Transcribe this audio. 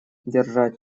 держать